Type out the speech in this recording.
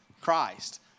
Christ